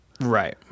Right